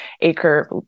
acre